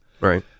Right